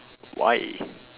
why